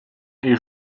est